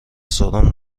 سرم